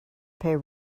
pay